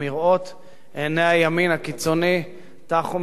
עיני הימין הקיצוני טחו מראות והוא גורר